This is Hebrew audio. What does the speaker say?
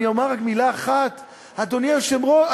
אני אומר רק מילה אחת: אדוני היושב-ראש,